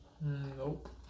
Nope